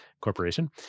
Corporation